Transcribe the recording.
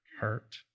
hurt